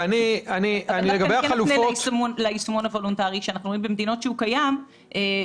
אז דווקא כן נפנה ליישומון וולונטרי שקיים במדינות אחרות.